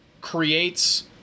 creates